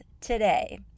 today